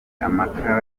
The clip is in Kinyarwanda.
amakara